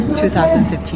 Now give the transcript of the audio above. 2015